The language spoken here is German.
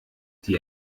die